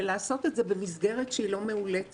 ולעשות את זה במסגרת שהיא לא מאולצת